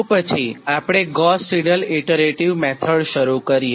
તો પછીઆપણે Gauss Seidel iterative method શરૂ કરીએ